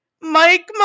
Mike